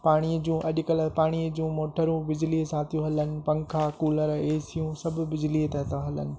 पाणी जूं अॼकल्ह पाणीअ जूं मोटरुं बिजलीअ सां थी हलनि पंखा कूलर ए सीयूं सभु बिजली ते था हलनि